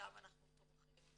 שם אנחנו תומכים.